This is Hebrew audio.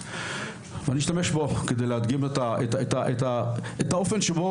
אני אשתמש בו כדי להדגים את האופן שבו